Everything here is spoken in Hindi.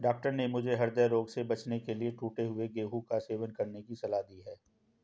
डॉक्टर ने मुझे हृदय रोग से बचने के लिए टूटे हुए गेहूं का सेवन करने की सलाह दी है